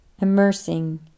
Immersing